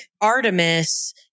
Artemis